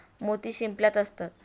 मोती शिंपल्यात असतात